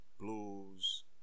Blues